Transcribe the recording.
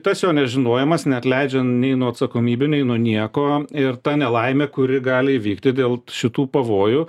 tas jo nežinojimas neatleidžia nei nuo atsakomybių nei nuo nieko ir ta nelaimė kuri gali įvykti dėl šitų pavojų